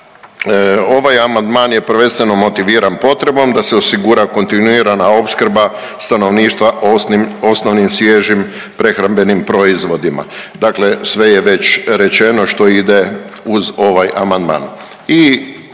Ovaj amandman je prvenstveno motiviran potrebom da se osigura kontinuirana opskrba stanovništva osnovnim i svježim prehrambenim proizvodima, dakle sve je već rečeno što ide uz ovaj amandman.